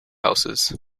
houses